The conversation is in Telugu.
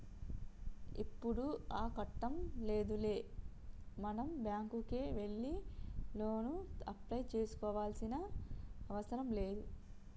ఇప్పుడు ఆ కట్టం లేదులే మనం బ్యాంకుకే వెళ్లి లోను అప్లై చేసుకోవాల్సిన అవసరం లేదు